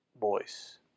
voice